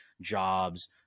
jobs